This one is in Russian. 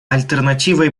альтернативой